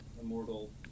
immortal